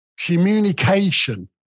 communication